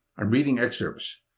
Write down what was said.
i'm reading excerpts,